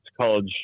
college